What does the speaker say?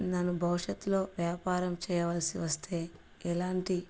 నేను భవిష్యత్తులో వ్యాపారం చేయవలసి వస్తే ఎలాంటి